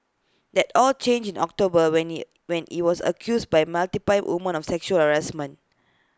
that all changed in October when he when he was accused by multiple women of sexual harassment